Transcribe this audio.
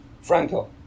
Franco